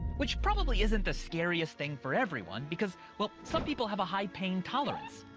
which probably isn't the scariest thing for everyone, because, well, some people have a high pain tolerance.